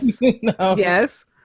Yes